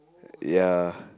ya